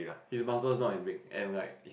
his muscles not as big and like